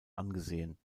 angesehen